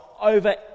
over